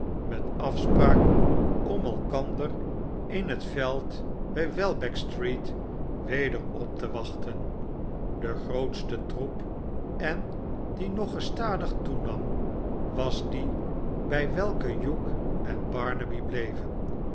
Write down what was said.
met afspraak om elkander m het veld bij welbeck street weder op te wachten de grootste troep en die nog gestadig toenam was die bij welken hugh en barnaby bleven